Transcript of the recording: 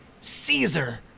Caesar